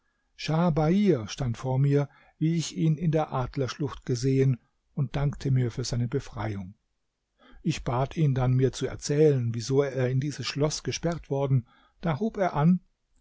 bair stand vor mir wie ich ihn in der adlersschlucht gesehen und dankte mir für seine befreiung ich bat ihn dann mir zu erzählen wieso er in dieses schloß gesperrt worden da hob er an